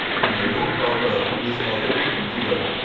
my root router is already configured.